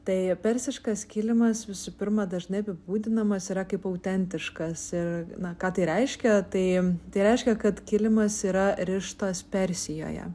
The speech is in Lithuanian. tai persiškas kilimas visų pirma dažnai apibūdinamas yra kaip autentiškas ir na ką tai reiškia tai tai reiškia kad kilimas yra rištas persijoje